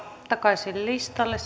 takaisin listalle